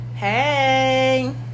Hey